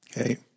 Okay